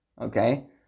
okay